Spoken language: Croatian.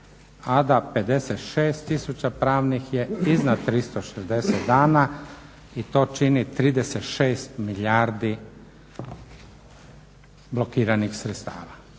da 56 tisuća pravnih je iznad 360 dana i to čini 36 milijardi blokiranih sredstava.